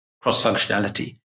cross-functionality